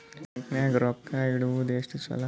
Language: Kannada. ಬ್ಯಾಂಕ್ ನಾಗ ರೊಕ್ಕ ಇಡುವುದು ಎಷ್ಟು ಚಲೋ?